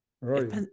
right